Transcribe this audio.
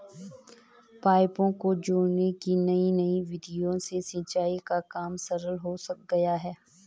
पाइपों को जोड़ने की नयी नयी विधियों से सिंचाई का काम सरल हो गया है